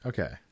Okay